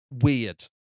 weird